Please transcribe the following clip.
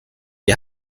die